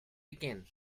begin